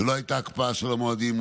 כשלא הייתה הקפאה של המועדים.